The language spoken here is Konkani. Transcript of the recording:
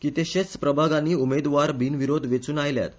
कितेशेच प्रभागांनी उमेदवार बिनविरोध वेचून आयल्यात